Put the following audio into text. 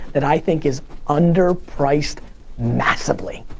that i think is under priced massively.